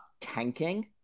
tanking